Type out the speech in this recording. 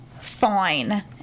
fine